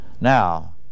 Now